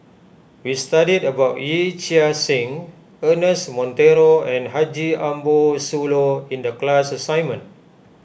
we studied about Yee Chia Hsing Ernest Monteiro and Haji Ambo Sooloh in the class assignment